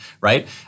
right